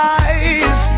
eyes